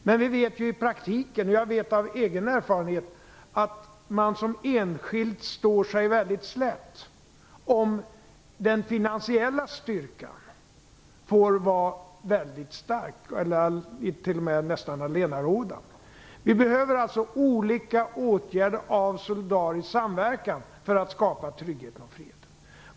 Men vi vet ju i praktiken, och jag vet av egen erfarenhet, att man som enskild står sig väldigt slätt om den finansiella styrkan tillåts vara väldigt stark eller t.o.m. nästan allenarådande. Vi behöver alltså olika åtgärder av solidarisk samverkan för att skapa tryggheten och friheten.